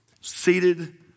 seated